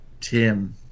Tim